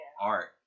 art